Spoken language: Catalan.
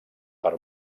per